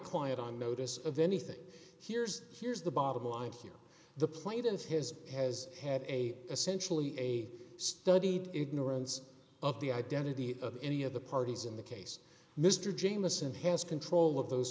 client on notice of anything here's here's the bottom line here the plate of his has had a essentially a studied ignorance of the identity of any of the parties in the case mr jamieson has control of those